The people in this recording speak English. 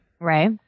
Right